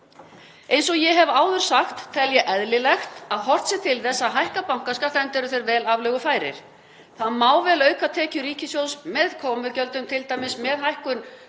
Eins og ég hef áður sagt tel ég eðlilegt að horft sé til þess að hækka bankaskatt, enda eru bankar vel aflögufærir. Það má vel auka tekjur ríkissjóðs með komugjöldum, t.d. með hækkun